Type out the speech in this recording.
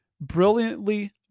Brilliantly